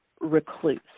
Recluse